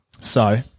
So-